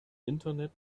internet